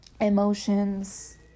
emotions